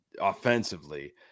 offensively